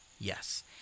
Yes